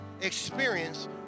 experience